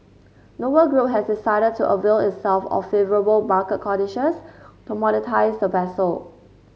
Noble Group has decided to avail itself of favourable market conditions to monetise the vessel